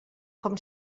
com